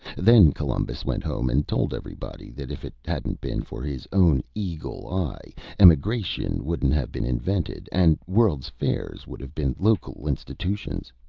then columbus went home and told everybody that if it hadn't been for his own eagle eye emigration wouldn't have been invented, and world's fairs would have been local institutions.